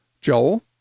Joel